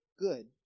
good